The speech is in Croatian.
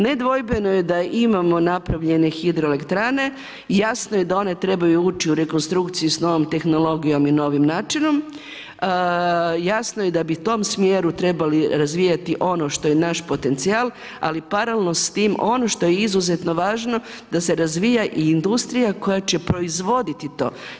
Nedvojbeno je imamo napravljene hidroelektrane, jasno je da one trebaju ući u rekonstrukciju s novom tehnologijom i novim načinom, jasno je da bi u tom smjeru trebali razvijati ono što je naš potencijal, ali paralelno s tim ono što je izuzetno važno da se razvija i industrija koja će proizvoditi to.